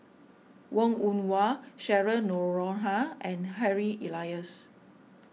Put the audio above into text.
Wong Woon Wah Cheryl Noronha and Harry Elias